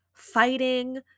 fighting